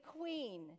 queen